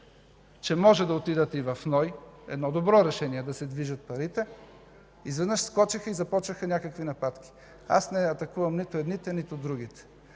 че може да отидат и в НОИ – едно добро решение да се движат парите, изведнъж скочиха и започнаха някакви нападки. Аз не атакувам нито едните, нито другите.